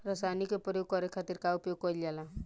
रसायनिक के प्रयोग करे खातिर का उपयोग कईल जाला?